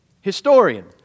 historian